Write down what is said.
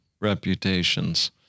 reputations